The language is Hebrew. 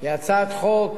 היא הצעת חוק